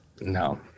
No